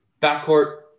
backcourt